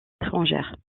étrangères